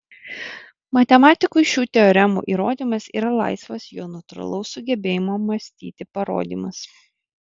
matematikui šių teoremų įrodymas yra laisvas jo natūralaus sugebėjimo mąstyti parodymas